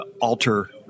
alter